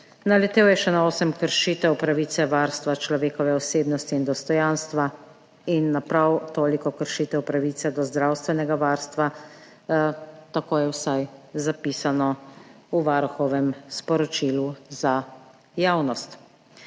naletel je še na osem kršitev pravice varstva človekove osebnosti in dostojanstva in na prav toliko kršitev pravice do zdravstvenega varstva – tako je vsaj zapisano v sporočilu Varuha za javnost.